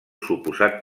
suposat